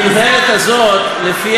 המינהלת הזאת,